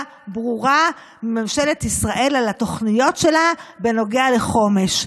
ברורה מממשלת ישראל על התוכניות שלה בנוגע לחומש.